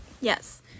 Yes